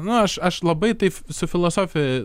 nu aš aš labai taip su filosofija